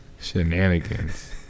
Shenanigans